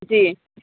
جی